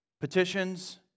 petitions